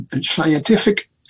scientific